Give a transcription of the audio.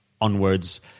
onwards